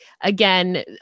again